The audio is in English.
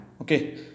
okay